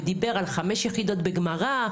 ודיבר על חמש יחידות בגמרא,